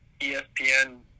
ESPN